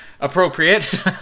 Appropriate